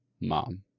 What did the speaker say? mom